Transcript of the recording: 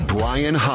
Brian